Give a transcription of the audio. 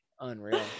Unreal